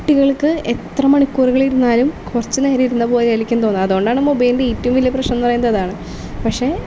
കുട്ടികൾക്ക് എത്ര മണിക്കൂറുകൾ ഇരുന്നാലും കുറച്ചു നേരം ഇരുന്ന പോലെ ആയിരിക്കും തോന്നുക അതുകൊണ്ടാണ് മൊബൈലിൻ്റെ ഏറ്റവും വലിയ പ്രശ്നം എന്നു പറയുന്നത് അതാണ് പക്ഷെ